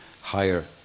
higher